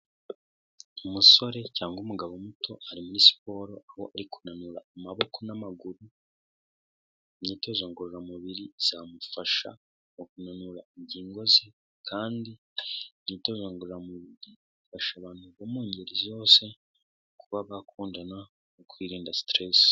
Umusore cyangwa umugabo muto ari muri siporo aho ari kunanura amaboko n'amaguru, imyitozo ngororamubiri izamufasha mu kunanura ingingo ze kandi imyitozonguramubiri ifasha abantu mu ngeri zose kuba bakundana mu kwirinda siteresi.